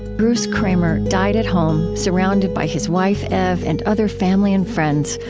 bruce kramer died at home, surrounded by his wife, ev, and other family and friends,